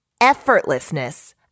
effortlessness